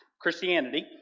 Christianity